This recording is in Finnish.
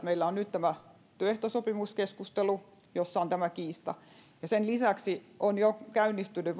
meillä on nyt tämä työehtosopimuskeskustelu jossa on tämä kiista ja sen lisäksi on jo käynnistynyt